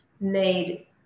Made